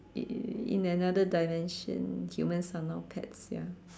in in another dimension humans are now pets ya